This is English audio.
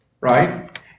right